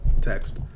text